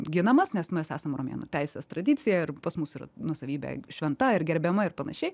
ginamas nes mes esam romėnų teisės tradicija ir pas mus nuosavybė yra šventa ir gerbiama ir panašiai